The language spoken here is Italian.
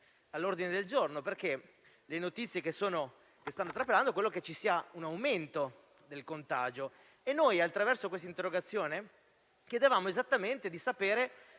all'ordine del giorno. Dalle notizie che stanno trapelando pare ci sia un aumento del contagio. Noi, attraverso questa interrogazione, chiedevamo esattamente la